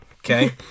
Okay